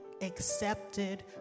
accepted